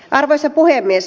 arvoisa puhemies